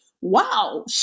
wow